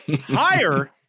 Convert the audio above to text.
Higher